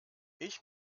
ich